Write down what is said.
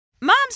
moms